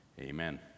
amen